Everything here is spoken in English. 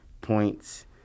points